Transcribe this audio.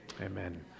Amen